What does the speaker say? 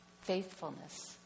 faithfulness